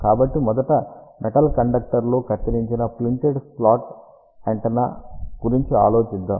కాబట్టి మొదట మెటల్ కండక్టర్లో కత్తిరించిన ప్రింటెడ్ స్లాట్ యాంటెన్నా గురించి ఆలోచిద్దాం